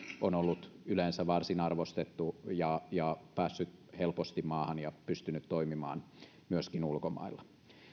on ollut yleensä varsin arvostettu ja ja päässyt helposti maahan ja pystynyt toimimaan myöskin ulkomailla